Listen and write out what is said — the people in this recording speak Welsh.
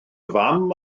fam